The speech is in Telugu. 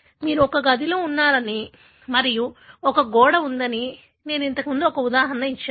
మీరు ఒక గదిలో ఉన్నారని మరియు ఒక గోడ ఉందని నేను ఇంతకు ముందు ఒక ఉదాహరణ ఇచ్చాను